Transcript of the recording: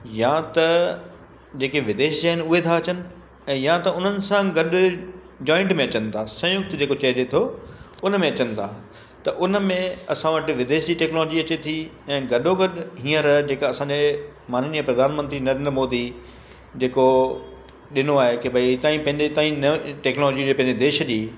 या त जेके विदेशी आहिनि उहे था अचनि ऐं या त उन्हनि सां गॾु जॉइंट में अचनि था संयुक्त जेको चइजे थो उन में अचनि था त उन में असां वटि विदेशी टैक्नोलॉजी अचे थी ऐं गॾो गॾु हींअर जेका असांजे माननीय प्रधानमंत्री नरेंद्र मोदी जेको ॾिनो आहे की भई हितां ई पंहिंजे ताईं न टैक्नोलॉजी जी पंहिंजे देश जी